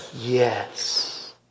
Yes